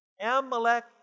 Amalek